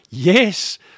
Yes